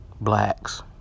blacks